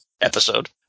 episode